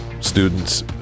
students